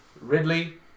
Ridley